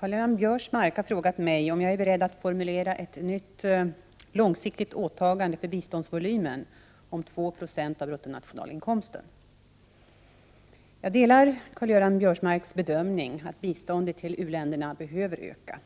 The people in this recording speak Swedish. Herr talman! Karl-Göran Biörsmark har frågat mig om jag är beredd att formulera ett nytt långsiktigt åtagande för biståndsvolymen om 2 96 av bruttonationalinkomsten. Jag delar Karl-Göran Biörsmarks bedömning att biståndet till u-länderna behöver öka.